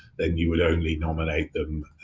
then you would only nominate them